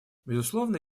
безусловно